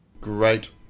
Great